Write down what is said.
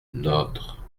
notre